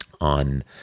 on